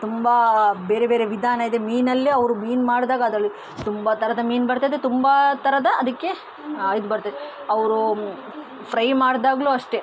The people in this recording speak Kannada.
ತುಂಬ ಬೇರೆ ಬೇರೆ ವಿಧಾನ ಇದೆ ಮೀನಲ್ಲಿ ಅವರು ಮೀನು ಮಾಡಿದಾಗ ಅದರಲ್ಲಿ ತುಂಬ ಥರದ ಮೀನು ಬರ್ತದೆ ತುಂಬ ಥರದ ಅದಕ್ಕೆ ಇದು ಬರ್ತದೆ ಅವರು ಫ್ರೈ ಮಾಡಿದಾಗ್ಲೂ ಅಷ್ಟೆ